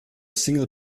single